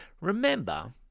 remember